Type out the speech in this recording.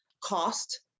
Cost